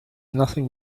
nothing